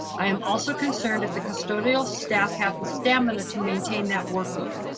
i am also concerned if the custodial staff have the stamina to maintain that workload.